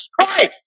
Christ